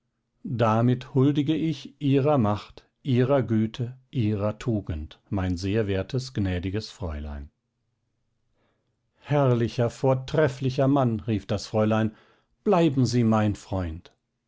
damit huldige ich ihrer macht ihrer güte ihrer tugend mein sehr wertes gnädigstes fräulein herrlicher vortrefflicher mann rief das fräulein bleiben sie mein freund